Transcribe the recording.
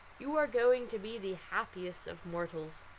you are going to be the happiest of mortals.